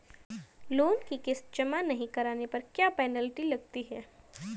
Loan की किश्त जमा नहीं कराने पर क्या पेनल्टी लगती है?